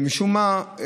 משום מה,